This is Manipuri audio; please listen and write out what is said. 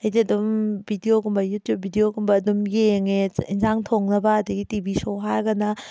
ꯑꯩꯗꯤ ꯑꯗꯨꯝ ꯕꯤꯗꯤꯑꯣꯒꯨꯝꯕ ꯌꯨꯇꯨꯕ ꯕꯤꯗꯤꯑꯣꯒꯨꯝꯕ ꯑꯗꯨꯝ ꯌꯦꯡꯉꯦ ꯏꯟꯖꯥꯡ ꯊꯣꯡꯅꯕ ꯑꯗꯒꯤ ꯇꯤꯕꯤ ꯁꯣ ꯍꯥꯏꯔꯒꯅ